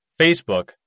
Facebook